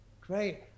Great